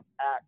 act